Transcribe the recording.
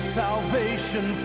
salvation